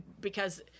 because-